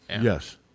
Yes